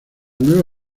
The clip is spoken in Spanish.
nueva